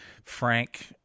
Frank